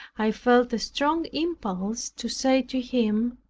i felt a strong impulse to say to him,